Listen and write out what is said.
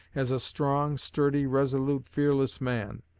as a strong, sturdy, resolute, fearless man.